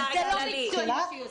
זה לא מקצועי מה שהיא עושה.